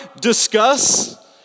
discuss